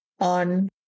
on